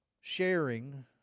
sharing